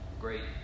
great